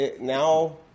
now